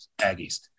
Aggies